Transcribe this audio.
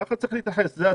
ככה הצבא צריך להתייחס לזה.